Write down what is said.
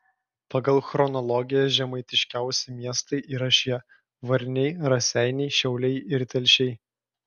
pagal chronologiją žemaitiškiausi miestai yra šie varniai raseiniai šiauliai ir telšiai